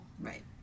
right